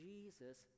Jesus